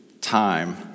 time